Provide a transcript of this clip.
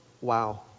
wow